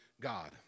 God